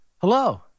hello